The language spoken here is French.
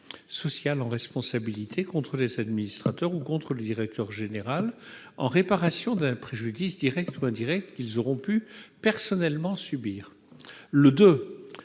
sociale en responsabilité contre les administrateurs ou contre le directeur général, en réparation d'un préjudice, direct ou indirect, qu'ils auront pu personnellement subir. Le II